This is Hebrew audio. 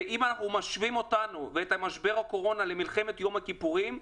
ואם אנחנו משווים אותנו ואת משבר הקורונה למלחמת יום הכיפורים,